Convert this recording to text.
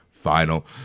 final